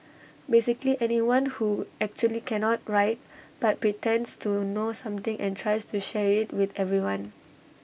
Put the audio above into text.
basically anyone who actually cannot write but pretends to know something and tries to share IT with everyone